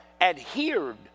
adhered